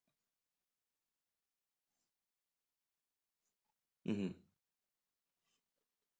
mmhmm